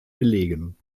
belegen